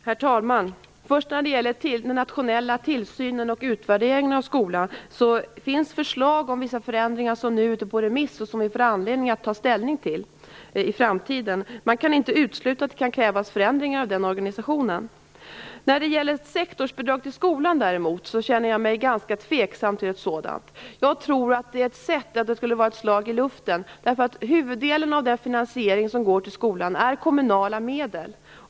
Herr talman! När det först gäller den nationella tillsynen och utvärderingen av skolan, finns det förslag om vissa förändringar som nu är ute på remiss och som vi får anledning att ta ställning till i framtiden. Man kan inte utesluta att det kan krävas förändringar av den organisationen. Jag känner mig däremot ganska tveksam till ett sektorsbidrag till skolan. Jag tror att det skulle vara ett slag i luften, eftersom huvuddelen av den finansiering som går till skolan utgörs av kommunala medel.